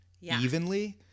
evenly